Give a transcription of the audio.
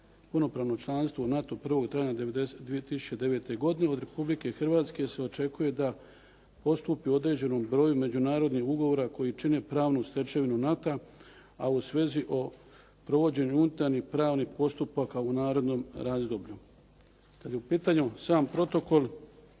punopravno članstvo u NATO-u 1. travnja 2009. godine, od Republike Hrvatske se očekuje da postupi određenom broju međunarodnih ugovora koji čine pravnu stečevinu NATO-a, a u svezi o provođenju unutarnjih pravnih postupaka u narednom razdoblju. Kada je u pitanju sam protokol